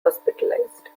hospitalized